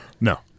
No